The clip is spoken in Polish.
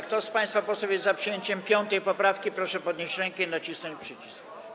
Kto z państwa posłów jest za przyjęciem 5. poprawki, proszę podnieść rękę i nacisnąć przycisk.